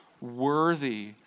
worthy